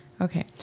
Okay